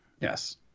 Yes